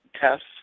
tests